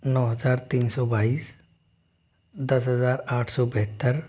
नौ हज़ार तीन सौ बाईस दस हज़ार आठ सौ बहत्तर